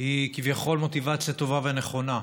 היא כביכול מוטיבציה טובה ונכונה.